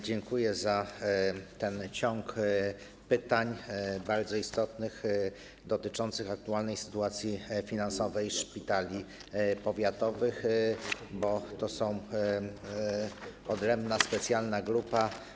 Dziękuję za ten ciąg bardzo istotnych pytań dotyczących aktualnej sytuacji finansowej szpitali powiatowych, bo to jest odrębna specjalna grupa.